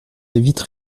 vitre